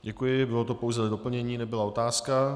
Děkuji, bylo to pouze doplnění, nebyla to otázka.